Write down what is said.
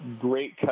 great